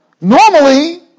Normally